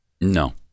no